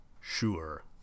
sure